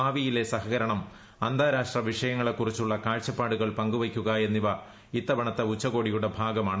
ഭാവിയിലെസഹകരണം അന്താരാഷ്ട്ര വിഷയങ്ങളെ കുറിച്ചുള്ള കാഴ്ചപ്പാടുകൾ പങ്കുവയ്ക്കുക എന്നിവ ഇത്തവണത്തെ ഉച്ചകോടിയുടെ ഭാഗമാണ്